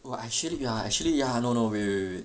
well actually you are actually ya no no wait wait wait wait